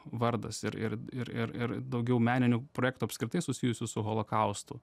vardas ir ir ir ir daugiau meninių projektų apskritai susijusių su holokaustu